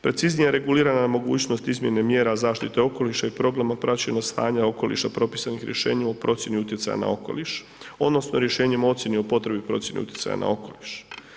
Preciznije regulirana mogućnost izmjene mjera zaštite okoliša i problema praćenja stanja okoliša propisanih rješenjem o procjeni utjecaja na okoliš odnosno rješenjem o ocjeni o potrebi procjene utjecaja na okoliš.